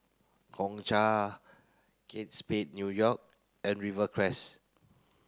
Gongcha Kate Spade New York and Rivercrest